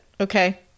Okay